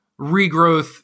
Regrowth